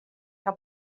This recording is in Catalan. que